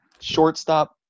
shortstop